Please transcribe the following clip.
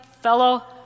fellow